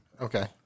Okay